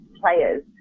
players